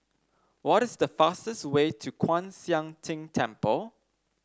what is the fastest way to Kwan Siang Tng Temple